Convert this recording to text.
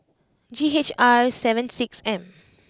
G H R seven six M